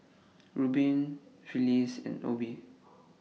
Rubin Phyllis and Obe